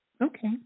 Okay